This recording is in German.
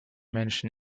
menschen